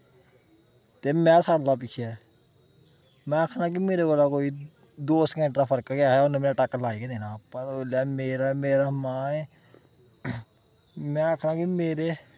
ते मैं सारे कोला पिच्छे हा मैं आखना कि मेरे कोला कोई दो सैकंट दा फर्क गै ऐ हा उन्नै मिगी टक्क लाई गै देना हा पर ओल्लै मेरा मेरा माएं में आखा दा कि मेरे